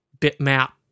bitmap